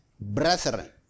brethren